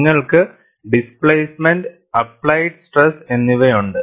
നിങ്ങൾക്ക് displacement applied stress എന്നിവയുണ്ട്